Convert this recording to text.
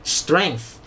strength